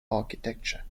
architecture